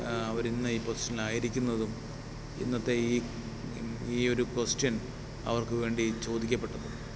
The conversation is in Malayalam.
അവരിന്ന് ഈ പൊസിഷനിലായിരിക്കുന്നതും ഇന്നത്തെ ഈ ഈ ഒരു ക്വസ്റ്റിയൻ അവർക്കു വേണ്ടി ചോദിക്കപ്പെട്ടതും